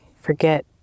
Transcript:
forget